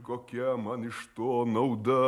kokia man iš to nauda